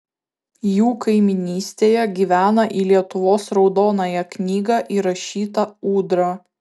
jų kaimynystėje gyvena į lietuvos raudonąją knygą įrašyta ūdra